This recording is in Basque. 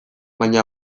baina